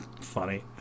Funny